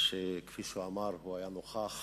כפי שהוא אמר, הוא היה נוכח